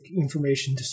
information